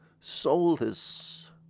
soulless